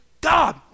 God